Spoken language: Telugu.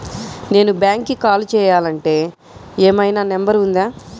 నేను బ్యాంక్కి కాల్ చేయాలంటే ఏమయినా నంబర్ ఉందా?